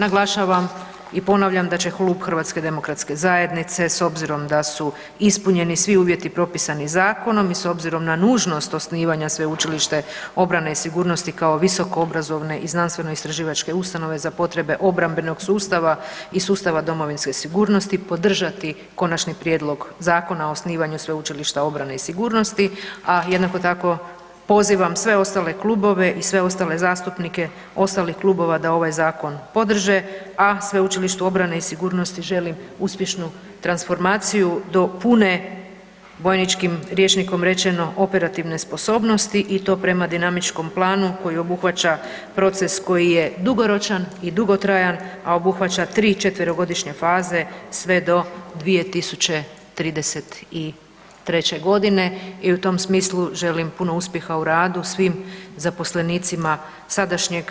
Naglašavam i ponavljam da će klub HDZ-a s obzirom da su ispunjeni svi uvjeti propisani zakoni i s obzirom na nužnost osnivanja Sveučilišta obrane i sigurnosti kao visokoobrazovne i znanstvenoistraživačke ustanove za potrebe obrambenog sustava i sustava domovinske sigurnosti podržati Konačni prijedlog Zakona o osnivanju Sveučilišta obrane i sigurnosti, a jednako tako pozivam sve ostale klubove i sve ostale zastupnike ostalih klubova da ovaj zakon podrže, a Sveučilištu obrane i sigurnosti želim uspješnu transformaciju do pune bojničkim rječnikom rečeno operativne sposobnosti i to prema dinamičkom planu koji obuhvaća proces koji je dugoročan i dugotrajan, a obuhvaća tri četverogodišnje faze sve do 2033.g. i u tom smislu želim puno uspjeha u radu svim zaposlenicima sadašnjeg